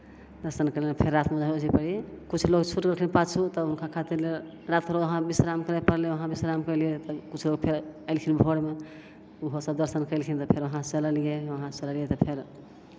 दर्शन केलियनि फेर रातिमे रहै ओजऽ ही किछु लोक छुटि गेलखिन पाछू तऽ हुनका खातिर राति फेर वहाँ विश्राम करय पड़लै वहाँ विश्राम केलियै तऽ किछु लोक फेर एलखिन भोरमे ओहोसभ दर्शन केलखिन तऽ फेर वहाँसँ चललियै वहाँसँ चललियै तऽ फेर